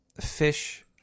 Fish